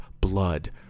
blood